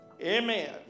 Amen